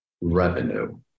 revenue